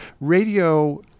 Radio